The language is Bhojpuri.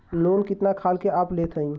लोन कितना खाल के आप लेत हईन?